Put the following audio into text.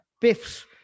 Biff's